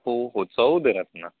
ઓહો ચૌદ રત્ન